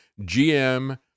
GM